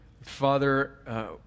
Father